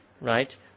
right